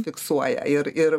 fiksuoja ir ir